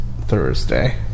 Thursday